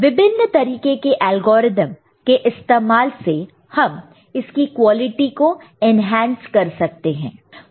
विभिन्न तरीके के एल्गोरिदम के इस्तेमाल से हम इसकी क्वालिटी को एनहांस कर सकते हैं